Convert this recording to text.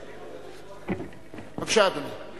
בבקשה, אדוני.